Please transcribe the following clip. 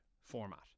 format